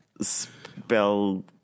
spell